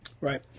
Right